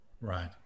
Right